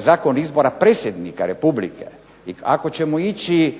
zakon izbora predsjednika Republike, i ako ćemo ići